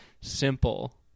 simple